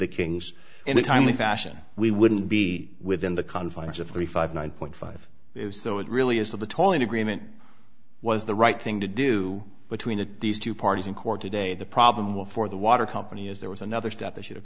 the kings in a timely fashion we wouldn't be within the confines of three five one point five so it really is that the tall in agreement was the right thing to do between these two parties in court today the problem with for the water company is there was another step they should have